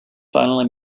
finally